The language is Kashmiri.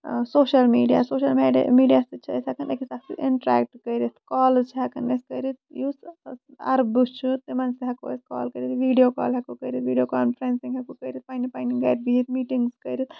سوشَل میٖڈیا سوشَل میٖڑیا سۭتۍ چھِ أسۍ ہٮ۪کان أکِس اکھ سۭتۍ اِنٹٔریکٹ کٔرِتھ کالٔز چھِ ہٮ۪کان أسۍ کٔرِتھ یُس اربہٕ چھُ تِمن سۭتۍ ہٮ۪کو أسۍ کال کٔرِتھ ویٖڈیو کال ہٮ۪کو کٔرِتھ ویٖڈیو کانفرینسِنگ ہٮ۪کو کٔرِتھ پَنٕنہِ پَنٕنہِ گرِ بِہتھ میٖٹِنگٔس کٔرِتھ